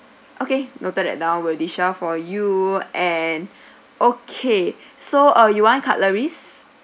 okay noted that down will deshell for you and okay so uh you want cutleries